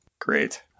Great